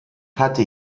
hatte